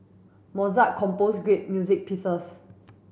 Mozart compose great music pieces